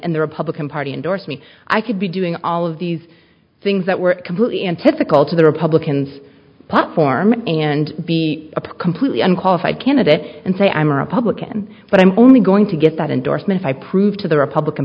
and the republican party endorsed me i could be doing all of these things that were completely and typical to the republicans platform and be a completely unqualified candidate and say i'm a republican but i'm only going to get that endorsement i proved to the republican